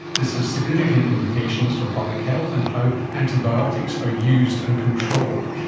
this has significant implications for public health and how antibiotics are used and controlled.